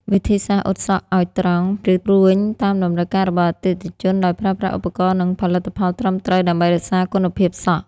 វិធីសាស្រ្តអ៊ុតសក់ឱ្យត្រង់ ឬរួញតាមតម្រូវការរបស់អតិថិជន ដោយប្រើប្រាស់ឧបករណ៍ និងផលិតផលត្រឹមត្រូវដើម្បីរក្សាគុណភាពសក់។